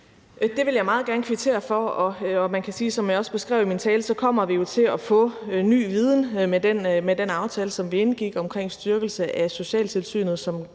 Det vil jeg meget gerne gøre. Man kan sige, som jeg også beskrev det i min tale, at vi kommer til at få ny viden med den aftale, som vi indgik omkring styrkelse af socialtilsynet, som kommer